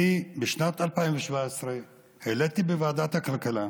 בשנת 2017, בוועדת הכלכלה,